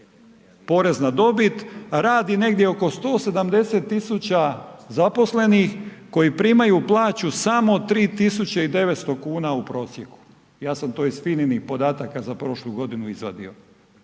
porez na dobit radi negdje oko 170000 zaposlenih koji primaju plaću samo 3.900 kuna u prosjeku. Ja sam to iz FINA-inih podataka za prošlu godinu izvadio.